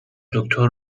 دکتر